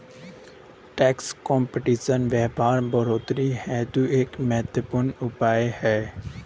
tax competition व्यापार बढ़ोतरी हेतु एक महत्वपूर्ण उपाय है